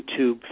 YouTube